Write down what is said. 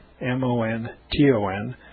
M-O-N-T-O-N